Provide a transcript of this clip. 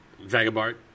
Vagabart